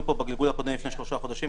כשהיינו פה בגלגול הקודם לפני שלושה חודשים,